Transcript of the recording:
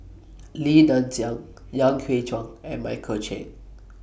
Li Nanxing Yan Hui Chang and Michael Chiang